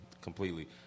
completely